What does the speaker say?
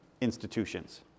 institutions